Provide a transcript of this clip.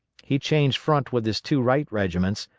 he changed front with his two right regiments,